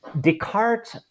Descartes